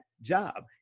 job